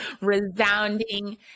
Resounding